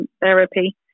therapy